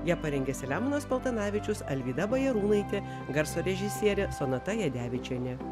ją parengė selemonas paltanavičius alvyda bajarūnaitė garso režisierė sonata jadevičienė